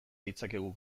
ditzakegu